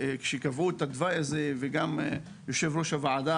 וגם יו"ר הוועדה,